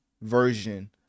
version